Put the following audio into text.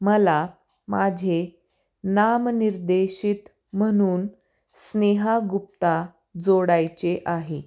मला माझे नामनिर्देशित म्हणून स्नेहा गुप्ता जोडायचे आहे